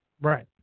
Right